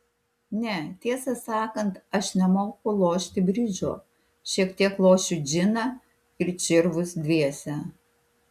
ne tiesą sakant aš nemoku lošti bridžo šiek tiek lošiu džiną ir čirvus dviese